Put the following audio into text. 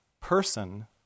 person